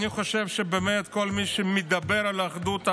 אני חושב שבאמת כל מי שמדבר על אחדות העם,